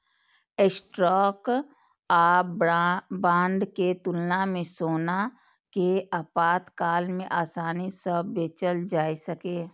stock आ bond के तुलना मे सोना कें आपातकाल मे आसानी सं बेचल जा सकैए